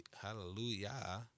hallelujah